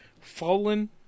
fallen